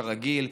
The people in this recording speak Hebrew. כרגיל.